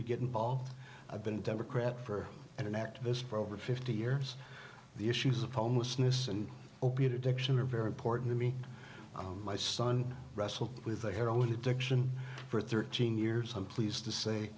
to get involved i've been democrat for an activist program fifty years the issues of homelessness and opiate addiction are very important to me my son wrestled with a heroin addiction for thirteen years i'm pleased to say